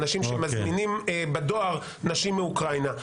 אנשים שמזמינים בדואר נשים מאוקראינה.